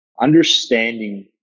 understanding